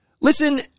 listen